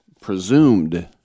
presumed